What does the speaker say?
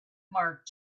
mark